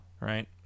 Right